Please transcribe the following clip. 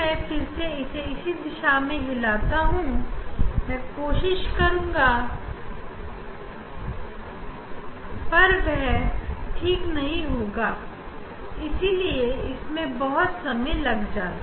मैं यह कर के नहीं दिखा रहा हूं क्योंकि यह बहुत समय ले लेगा